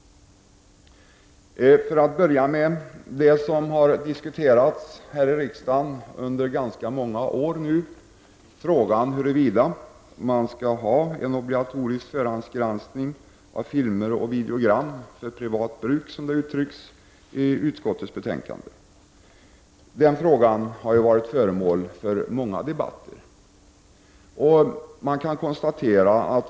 Jag börjar med att ta upp en fråga som har diskuterats under många år, nämligen frågan huruvida man skall ha en obligatorisk förhandsgranskning av filmer och videogram ”för privat bruk”, som det uttrycks i kulturutskottets betänkande. Denna fråga har varit föremål för många debatter.